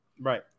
Right